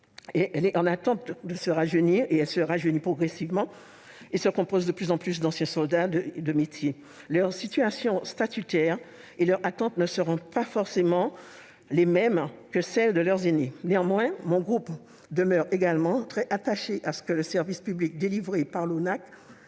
anciens combattants décroît peu à peu. Elle se rajeunit progressivement. Elle se compose de plus en plus d'anciens soldats de métier, dont les situations statutaires et les attentes ne seront pas forcément les mêmes que celles de leurs ainés. Néanmoins, mon groupe demeure également très attaché à la préservation du service public délivré par l'ONAC